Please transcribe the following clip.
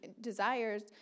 desires